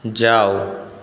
যাও